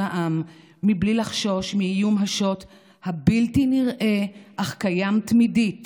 העם בלי לחשוש מאיום השוט הבלתי-נראה אך קיים תמידית